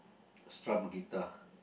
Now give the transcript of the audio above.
strum guitar